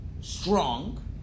strong